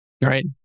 Right